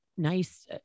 nice